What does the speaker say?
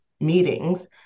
meetings